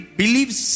believes